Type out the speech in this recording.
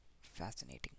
fascinating